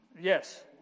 Yes